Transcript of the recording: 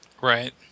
Right